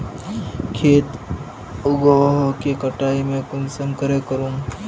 खेत उगोहो के कटाई में कुंसम करे करूम?